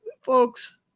Folks